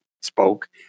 spoke